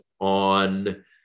on